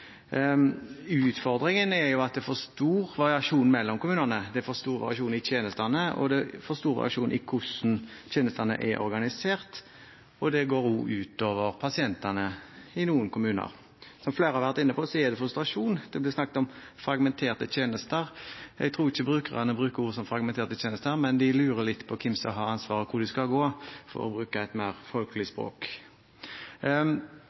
Utfordringen er at det er for stor variasjon mellom kommunene. Det er for stor variasjon i tjenestene, og det er for stor variasjon i hvordan tjenestene er organisert, og det går også ut over pasientene i noen kommuner. Som flere har vært inne på, er det frustrasjon. Det blir snakket om fragmenterte tjenester. Jeg tror ikke brukerne bruker ord som «fragmenterte tjenester», men de lurer litt på hvem som har ansvaret, og hvor de skal gå, for å bruke et mer folkelig språk.